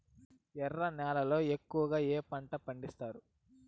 ఎర్ర నేలల్లో ఎక్కువగా ఏ పంటలు పండిస్తారు